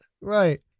Right